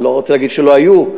אני לא רוצה להגיד שלא היו,